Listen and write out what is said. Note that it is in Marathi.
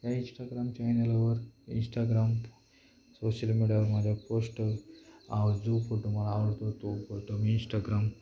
या इनस्टाग्राम चॅनलवर इंस्टाग्राम सोशल मीडियावर माझ्या पोस्ट आ जो फोटो मला आवडतो तो फोटो मी इंस्टाग्राम